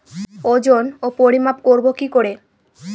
ওজন ও পরিমাপ করব কি করে?